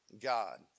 God